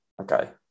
Okay